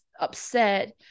upset